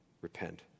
repent